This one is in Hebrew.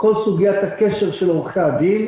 כל סוגיית הקשר של עורכי הדין.